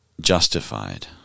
justified